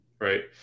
right